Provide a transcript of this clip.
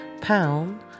Pound